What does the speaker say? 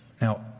Now